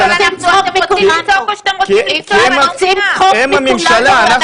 כי עושים צחוק מכולנו.